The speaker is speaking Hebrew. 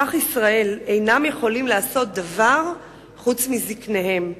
כך ישראל אין יכולים לעשות דבר חוץ מזקניהם".